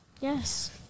yes